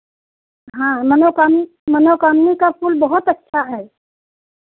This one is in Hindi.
हाँ मनोकामनी मनोकामनी का फूल बहुत अच्छा है